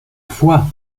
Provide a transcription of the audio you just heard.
foi